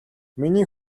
миний